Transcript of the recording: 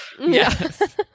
Yes